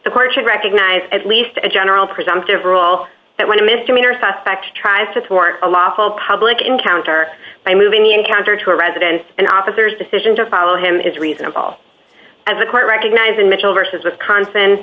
the court should recognize at least a general presumptive rule that when a misdemeanor suspect tries to thwart a lawful public encounter by moving the encounter to a residence and officers decision to follow him is reasonable as a court recognizing mitchell versus wisconsin